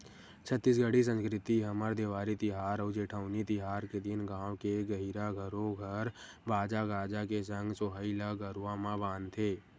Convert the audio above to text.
छत्तीसगढ़ी संस्कृति हमर देवारी तिहार अउ जेठवनी तिहार के दिन गाँव के गहिरा घरो घर बाजा गाजा के संग सोहई ल गरुवा म बांधथे